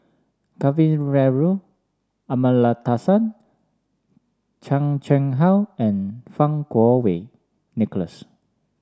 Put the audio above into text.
Kavignareru Amallathasan Chan Chang How and Fang Kuo Wei Nicholas